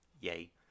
yay